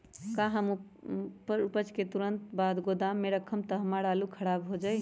का हम उपज के तुरंत बाद गोदाम में रखम त हमार आलू खराब हो जाइ?